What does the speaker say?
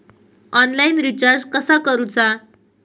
Online recharge कसा करूचा?